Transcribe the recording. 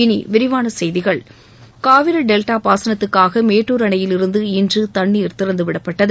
இனி விரிவான செய்திகள் காவிரி டெல்டா பாசனத்துக்காக மேட்டூர் அணையிலிருந்து இன்று தண்ணீர் திறந்துவிடப்பட்டது